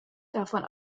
davon